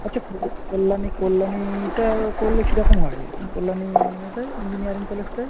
আচ্ছা কো কল্যাণী কল্যাণীটা করলে কী রকম হয় কল্যাণীতে ইঞ্জীনিয়ারিং কলেজটায়